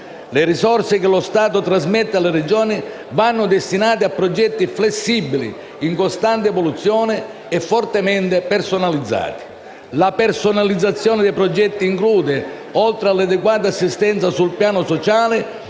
Le risorse che lo Stato trasmette alle Regioni vanno destinate a progetti flessibili, in costante evoluzione e fortemente personalizzati. La personalizzazione dei progetti include, oltre all'adeguata assistenza sul piano sociale,